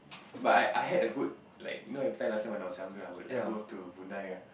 but I I had a good like you know every time last time when I was younger I would like go to Brunei ah